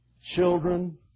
Children